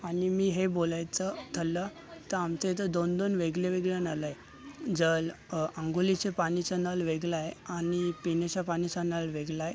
आणि मी हे बोलायचं ठरलं तर आमच्या इथं दोन वेगळेवेगळे नळ आहे जर अंघोळीचे पाणीचा नळ वेगळा आहे आणि पिण्याच्या पाणीचा नळ वेगळा आहे